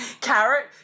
Carrot